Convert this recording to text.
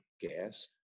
gas